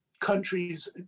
countries